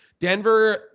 Denver